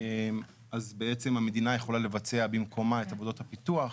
אז בעצם המדינה יכולה לבצע במקומה את עבודות הפיתוח,